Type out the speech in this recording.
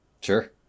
Sure